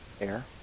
air